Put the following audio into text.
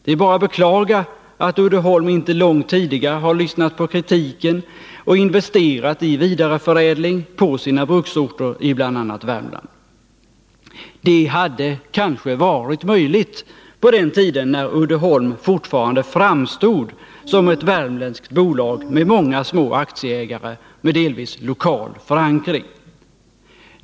Det är bara att beklaga att Uddeholm inte långt tidigare har lyssnat på kritiken och investerat i vidareförädling på sina bruksorter i bl.a. Värmland. Det hade kanske varit möjligt på den tiden när Uddeholm fortfarande framstod som ett värmländskt bolag med många små aktieägare med delvis lokal förankring.